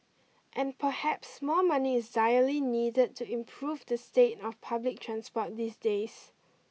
and perhaps more money is direly needed to improve the state of public transport these days